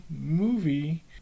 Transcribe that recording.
movie